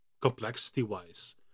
complexity-wise